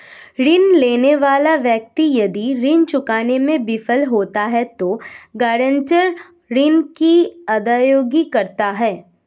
ऋण लेने वाला व्यक्ति यदि ऋण चुकाने में विफल होता है तो गारंटर ऋण की अदायगी करता है